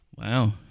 Wow